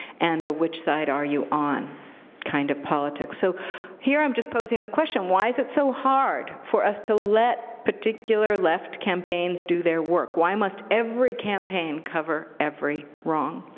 and a which side are you on kind of politics. so here i'm just posing the question, why is it so hard for us to let particular left campaigns do their work? why must every campaign cover every wrong?